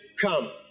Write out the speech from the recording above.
come